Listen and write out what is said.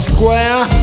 Square